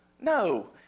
no